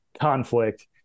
conflict